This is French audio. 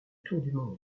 tour